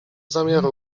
zamiaru